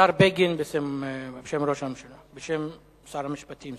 השר בגין, בשם שר המשפטים.